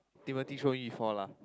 Timothy show me before lah